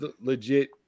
legit